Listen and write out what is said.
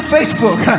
Facebook